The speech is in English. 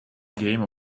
game